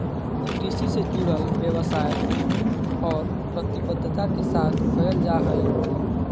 कृषि से जुडल व्यवसाय जुनून और प्रतिबद्धता के साथ कयल जा हइ